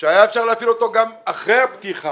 שהיה אפשר להפעיל אותו גם אחרי הפתיחה,